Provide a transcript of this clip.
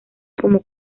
como